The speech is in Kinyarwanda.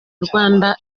rwanda